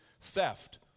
theft